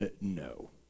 No